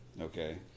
Okay